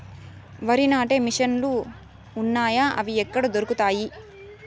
వరి నాటే మిషన్ ను లు వున్నాయా? అవి ఎక్కడ దొరుకుతాయి?